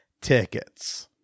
tickets